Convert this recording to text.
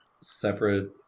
separate